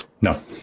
No